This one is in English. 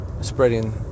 spreading